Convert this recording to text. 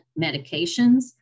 medications